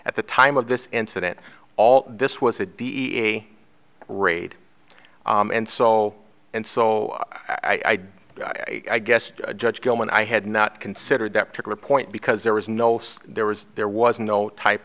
at the time of this incident all this was a de a raid and so and so i did and i guessed judge gilman i had not considered that particular point because there was no there was there was no type